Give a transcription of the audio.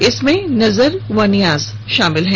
इसमें नजर व नियाज शामिल हैं